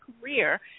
career